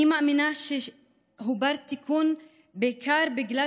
אני מאמינה שהוא בר-תיקון בעיקר בגלל